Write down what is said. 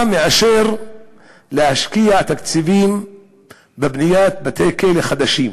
מאשר להשקיע תקציבים בבניית בתי-כלא חדשים.